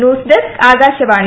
news desk Akashvani